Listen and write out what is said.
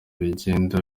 bigenda